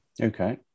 Okay